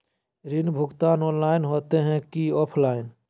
ऋण भुगतान ऑनलाइन होते की ऑफलाइन?